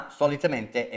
solitamente